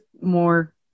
more